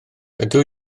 ydw